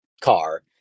car